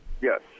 Yes